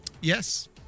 Yes